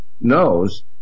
knows